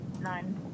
nine